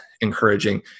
encouraging